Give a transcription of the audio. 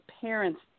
parents